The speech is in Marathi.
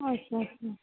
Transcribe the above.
अच्छा